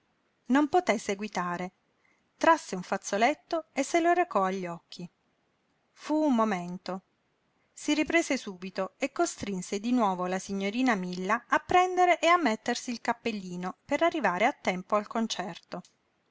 non poté seguitare trasse un fazzoletto e se lo recò agli occhi fu un momento si riprese subito e costrinse di nuovo la signorina milla a prendere e a mettersi il cappellino per arrivare a tempo al concerto